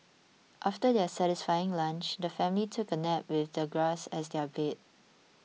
after their satisfying lunch the family took a nap with the grass as their bed